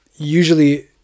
Usually